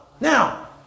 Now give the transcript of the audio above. now